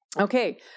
Okay